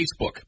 Facebook